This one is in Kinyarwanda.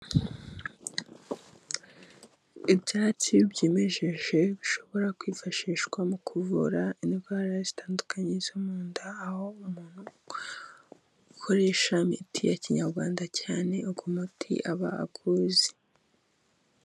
Ibyatsi byimejeje bishobora kwifashishwa mu kuvura indwara zitandukanye zo mu nda, aho umuntu ukoresha imiti ya kinyarwanda cyane uwo umuti aba awuzi.